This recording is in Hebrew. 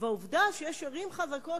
והעובדה שיש ערים חזקות,